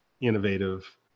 innovative